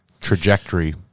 trajectory